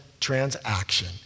transaction